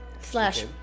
slash